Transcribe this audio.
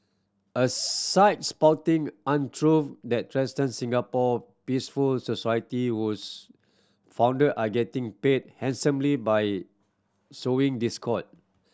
a site spouting untruth that Singapore peaceful society whose founder are getting paid handsomely by sowing discord